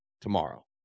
tomorrow